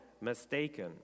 mistaken